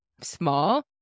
small